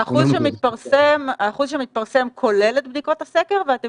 האחוז שמתפרסם כולל את בדיקות הסקר ואתם